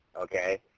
okay